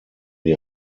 die